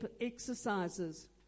exercises